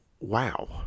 wow